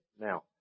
Now